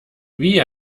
wie